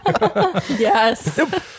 yes